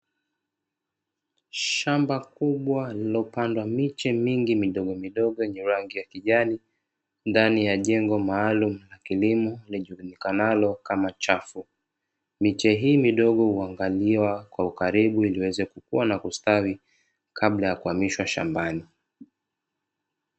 Shamba kubwa lililopandwa miche mingi midogomidogo yenye rangi ya kijani ndani ya jengo maalumu la kilimo lijulikanalo kama chafu. Miche hii midogo huangaliwa kwa ukaribu ili iweze kukua na kustawi kabla ya kuhamishwa shambani.